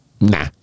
nah